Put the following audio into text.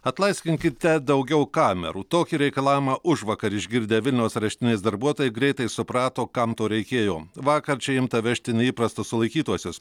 atlaisvinkite daugiau kamerų tokį reikalavimą užvakar išgirdę vilniaus areštinės darbuotojai greitai suprato kam to reikėjo vakar čia imta vežti neįprastus sulaikytuosius